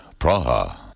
Praha